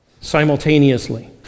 simultaneously